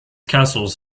castles